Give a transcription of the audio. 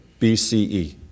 BCE